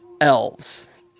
elves